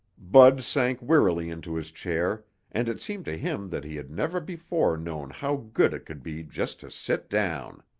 bud sank wearily into his chair and it seemed to him that he had never before known how good it could be just to sit down.